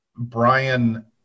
Brian